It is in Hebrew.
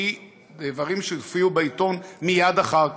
לפי דברים שהופיעו בעיתון מייד אחר כך.